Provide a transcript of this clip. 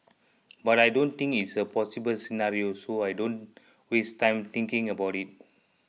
but I don't think it's a possible scenario so I don't waste time thinking about it